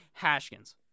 Hashkins